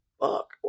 fuck